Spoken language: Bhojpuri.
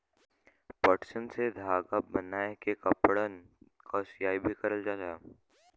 पटसन से धागा बनाय के कपड़न क सियाई भी करल जाला